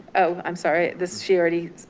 oh, i'm sorry, this she already,